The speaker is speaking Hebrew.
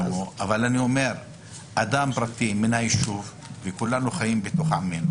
אבל אני חושב שאדם פרטי מן היישוב שמקבל על זה